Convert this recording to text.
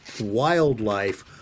wildlife